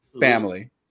Family